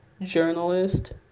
journalist